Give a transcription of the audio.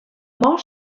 man